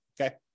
okay